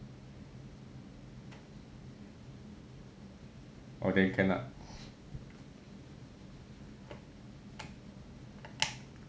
orh then you can lah